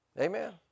Amen